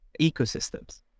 ecosystems